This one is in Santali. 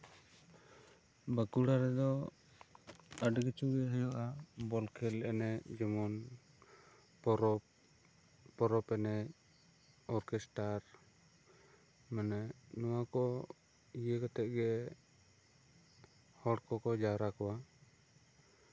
ᱵᱟᱸᱠᱩᱲᱟ ᱨᱮᱫᱚ ᱟᱹᱰᱤ ᱠᱤᱪᱷᱩ ᱜᱮ ᱦᱩᱭᱩᱜᱼᱟ ᱵᱚᱞ ᱠᱷᱮᱞ ᱮᱱᱮᱡ ᱡᱮᱢᱚᱱ ᱯᱚᱨᱚᱵᱽ ᱯᱚᱨᱚᱵᱽ ᱮᱱᱮᱪ ᱚᱨᱠᱮᱥᱴᱟᱨ ᱢᱟᱱᱮ ᱱᱚᱣᱟ ᱠᱚ ᱤᱭᱟᱹ ᱠᱟᱛᱮᱜ ᱜᱮ ᱦᱚᱲ ᱠᱚᱠᱚ ᱡᱟᱣᱨᱟ ᱠᱚᱣᱟ